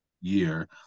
year